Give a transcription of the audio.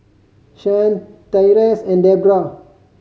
Shyanne Tyrese and Debrah